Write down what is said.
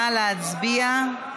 נא להצביע.